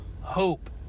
hope